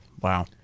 Wow